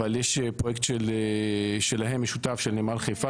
אבל יש פרויקט שלהם משותף של נמל חיפה